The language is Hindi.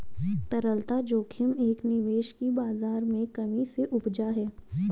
तरलता जोखिम एक निवेश की बाज़ार में कमी से उपजा है